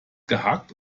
gehackt